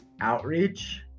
outreach